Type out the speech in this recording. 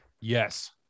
Yes